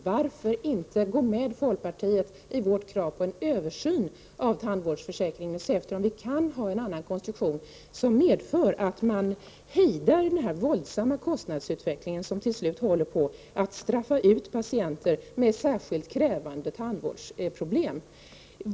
Varför inte gå med folkpartiet i vårt krav på en översyn av tandvårdsförsäkringen för att se efter om vi kan ha en annan konstruktion som medför att man hejdar den våldsamma kostnadsutvecklingen, som ju till slut straffar patienter med särskilt krävande tandvårdsproblem?